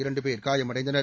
இரண்டு பேர் காயமடைந்தனர்